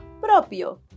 Propio